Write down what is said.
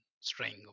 string